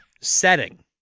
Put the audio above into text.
Setting